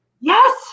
Yes